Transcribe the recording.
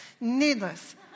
Needless